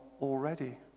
already